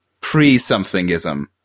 pre-somethingism